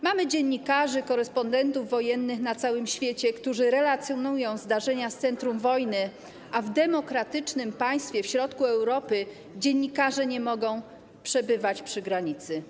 Mamy dziennikarzy, korespondentów wojennych na całym świecie, którzy relacjonują zdarzenia z centrum wojny, a w demokratycznym państwie w środku Europy dziennikarze nie mogą przebywać przy granicy.